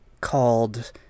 called